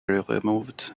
removed